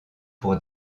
pour